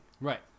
Right